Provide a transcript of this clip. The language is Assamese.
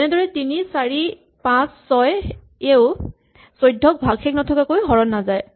তেনেদৰেই ৩ ৪ ৫ ৬ য়ে ১৪ ক ভাগশেষ নথকাকৈ হৰণ নাযায়